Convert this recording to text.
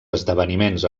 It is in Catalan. esdeveniments